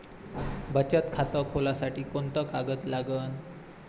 बचत खात खोलासाठी कोंते कागद लागन?